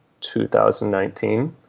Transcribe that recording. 2019